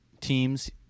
teams